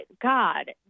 God